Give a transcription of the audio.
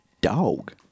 dog